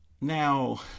now